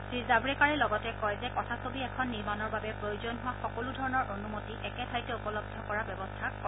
শ্ৰীজাম্ৰেকাড়ে লগতে কয় যে কথাছবি এখন নিৰ্মাণৰ বাবে প্ৰয়োজন হোৱা সকলোধৰণৰ অনুমতি একে ঠাইতে উপলব্ধ কৰাৰ ব্যৱস্থা কৰিব